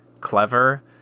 clever